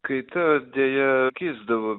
kaita deja kisdavo